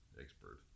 expert